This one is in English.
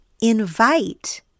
Invite